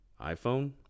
iPhone